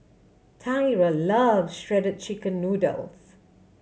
Tyra love Shredded Chicken Noodles